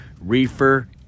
reefer